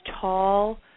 tall